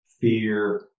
fear